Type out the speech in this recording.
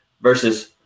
versus